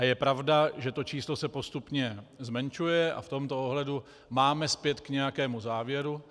Je pravda, že to číslo se postupně zmenšuje, a v tomto ohledu máme spět k nějakému závěru.